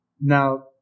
Now